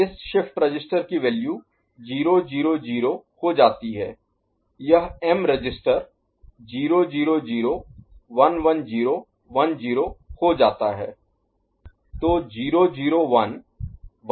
इस shift register की value 000 हो जाती है यह m रजिस्टर 00011010 हो जाता है